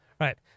right